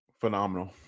Phenomenal